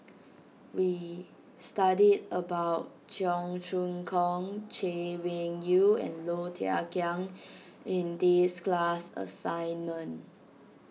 we studied about Cheong Choong Kong Chay Weng Yew and Low Thia Khiang in this class assignment